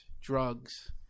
drugs